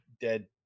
dead